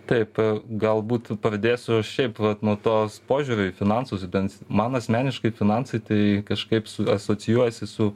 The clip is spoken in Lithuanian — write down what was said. taip galbūt pradėsiu šiaip vat nuo tos požiūrio į finansus bent man asmeniškai finansai tai kažkaip su asocijuojasi su